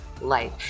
life